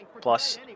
Plus